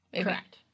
Correct